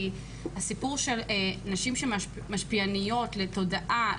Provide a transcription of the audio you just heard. כי הסיפור של נשים שהן משפיעניות לתודעה,